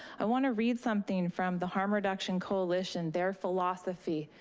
i want to read something from the harm reduction coalition, their philosophy,